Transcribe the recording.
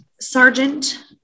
sergeant